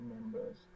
members